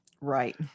Right